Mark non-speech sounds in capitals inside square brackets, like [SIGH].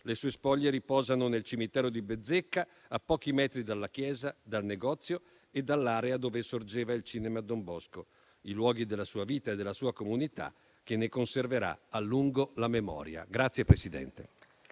Le sue spoglie riposano nel cimitero di Bezzecca, a pochi metri dalla chiesa, dal negozio e dall'area dove sorgeva il cinema Don Bosco: i luoghi della sua vita e della sua comunità, che ne conserverà a lungo la memoria. [APPLAUSE]